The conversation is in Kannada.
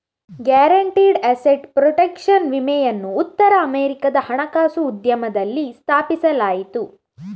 ಗ್ಯಾರಂಟಿಡ್ ಅಸೆಟ್ ಪ್ರೊಟೆಕ್ಷನ್ ವಿಮೆಯನ್ನು ಉತ್ತರ ಅಮೆರಿಕಾದ ಹಣಕಾಸು ಉದ್ಯಮದಲ್ಲಿ ಸ್ಥಾಪಿಸಲಾಯಿತು